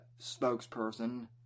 spokesperson